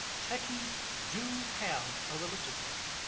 techies do have a religious life.